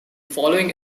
following